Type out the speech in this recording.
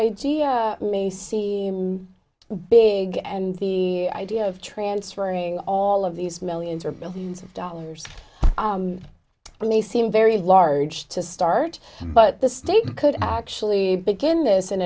i may see big and the idea of transferring all of these millions or billions of dollars when they seem very large to start but the state could actually begin this in